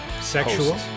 Sexual